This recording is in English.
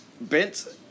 bent